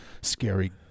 scary